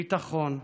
ביטחון ושלום.